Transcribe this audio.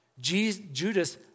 Judas